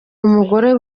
umugore